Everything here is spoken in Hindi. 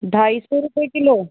ढाई सौ रुपए किलो